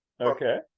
Okay